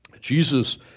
Jesus